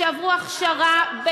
שעברו הכשרה,